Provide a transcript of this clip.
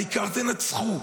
העיקר, תנצחו.